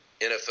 NFL